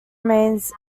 remains